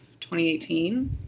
2018